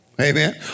Amen